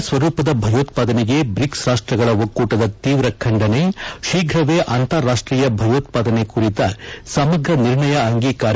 ಎಲ್ಲ ಸ್ವರೂಪದ ಭಯೋತ್ವಾದನೆಗೆ ಬ್ರಿಕ್ಸ್ ರಾಷ್ಟಗಳ ಒಕ್ಕೂಟದ ತೀವ್ರ ಖಂಡನೆ ಶೀಫ್ರವೇ ಅಂತಾರಾಷ್ಟೀಯ ಭಯೋತ್ಪಾನೆ ಕುರಿತ ಸಮಗ ನಿರ್ಣಯ ಅಂಗೀಕಾರಕ್ಕೆ ಕರೆ